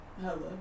Hello